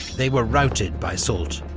they were routed by soult,